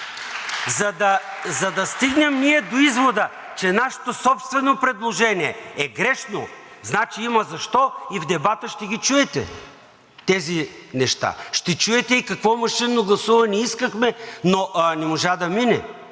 За да стигнем ние до извода, че нашето собствено предложение е грешно, значи има защо и в дебата ще ги чуете тези неща, ще чуете и какво машинно гласуване искахме, но не можа да мине,